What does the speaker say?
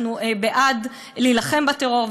אנחנו בעד להילחם בטרור,